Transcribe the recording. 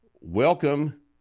welcome